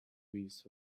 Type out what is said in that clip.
with